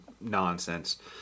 nonsense